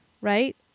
right